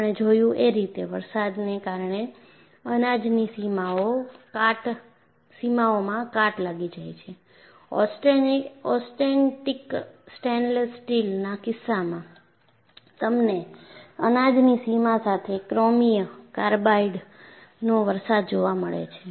આપણે જોયું એ રીતે વરસાદને કારણે અનાજની સીમાઓમાં કાટ લાગી જાય છે ઓસ્ટેનિટિક સ્ટેનલેસ સ્ટીલના કિસ્સામાં તમને અનાજની સીમા સાથે ક્રોમિયમ કાર્બાઇડનો વરસાદ જોવા મળે છે